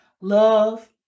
love